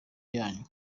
yanyu